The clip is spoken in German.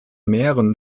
mähren